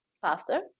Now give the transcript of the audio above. faster